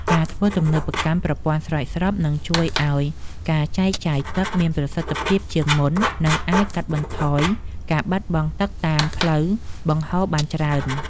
ការធ្វើទំនើបកម្មប្រព័ន្ធស្រោចស្រពនឹងជួយឱ្យការចែកចាយទឹកមានប្រសិទ្ធភាពជាងមុន និងអាចកាត់បន្ថយការបាត់បង់ទឹកតាមផ្លូវបង្ហូរបានច្រើន។